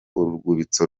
urwibutso